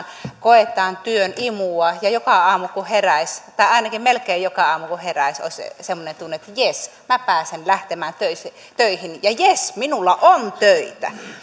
koetaan työn imua ja joka aamu kun herää tai ainakin melkein joka aamu kun herää olisi semmoinen tunne että jes minä pääsen lähtemään töihin töihin ja jes minulla on töitä